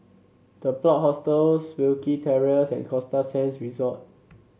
The Plot Hostels Wilkie Terrace and Costa Sands Resort